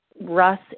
Russ